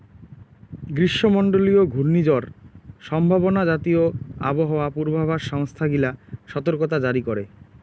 গ্রীষ্মমণ্ডলীয় ঘূর্ণিঝড় সম্ভাবনা জাতীয় আবহাওয়া পূর্বাভাস সংস্থা গিলা সতর্কতা জারি করে